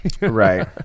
Right